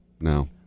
no